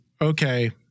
okay